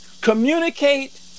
communicate